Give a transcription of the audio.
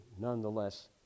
nonetheless